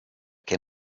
che